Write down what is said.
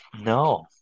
No